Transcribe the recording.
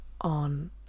on